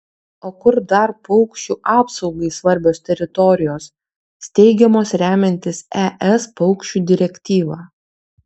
o kur dar paukščių apsaugai svarbios teritorijos steigiamos remiantis es paukščių direktyva